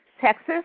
Texas